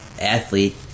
athlete